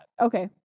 okay